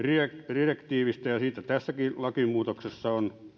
direktiivistä ja siitä tässäkin lakimuutoksessa on